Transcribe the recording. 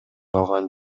калган